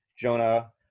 Jonah